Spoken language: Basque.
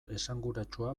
esanguratsua